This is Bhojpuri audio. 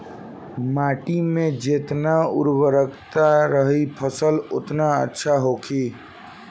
माटी में जेतना उर्वरता रही फसल ओतने अच्छा होखी